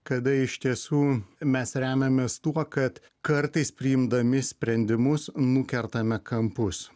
kada iš tiesų mes remiamės tuo kad kartais priimdami sprendimus nukertame kampus